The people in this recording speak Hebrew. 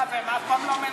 אגב, הם אף פעם לא מנהלים.